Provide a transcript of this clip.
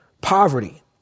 poverty